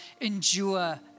endure